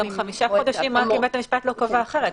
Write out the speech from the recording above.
חמישה חודשים רק אם בית המשפט לא קבע אחרת.